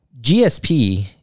GSP